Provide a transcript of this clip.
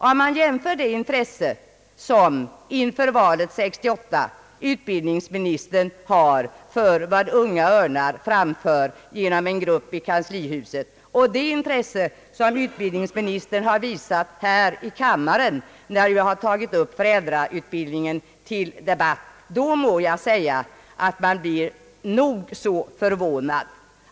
Om man jämför det intresse som utbildningsministern inför valet 1968 har för vad Unga örnar framför genom en representantgrupp i kanslihuset och det intresse som han har visat här i kammaren när föräldrautbildningen har tagits upp till debatt, då må jag säga att man blir nog så förvånad.